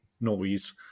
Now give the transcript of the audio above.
noise